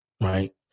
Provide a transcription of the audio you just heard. Right